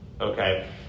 okay